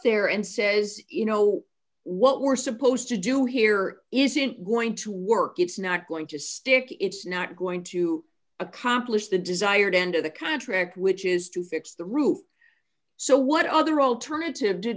there and says you know what we're supposed to do here isn't going to work it's not going to stick it's not going to accomplish the desired end of the contract which is to fix the roof so what other alternative did